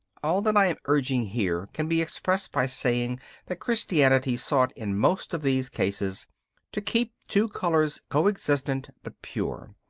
all that i am urging here can be expressed by saying that christianity sought in most of these cases to keep two colours coexistent but pure.